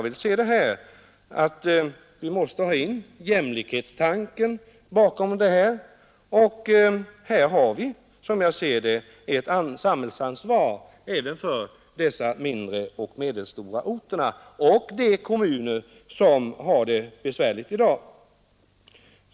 Vi måste ha in jämlikhetstanken, Här har vi, som jag ser det, ett samhällsansvar även för mindre och medelstora orter och de kommuner som har det besvärligt i dag.